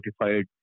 notified